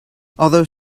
although